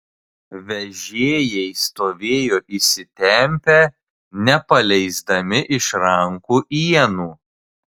vežėjai stovėjo įsitempę nepaleisdami iš rankų ienų